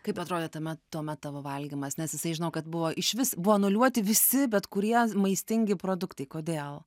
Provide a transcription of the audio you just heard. kaip atrodė tame tuomet tavo valgymas nes jisai žinau kad buvo išvis buvo anuliuoti visi bet kurie maistingi produktai kodėl